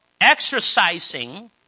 exercising